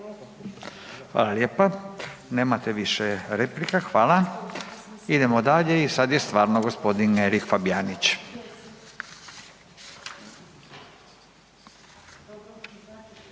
Hvala lijepa. Nemate više replika, hvala. Idemo dalje i sad je stvarno gospodin Erik Fabijanić. Izvolite.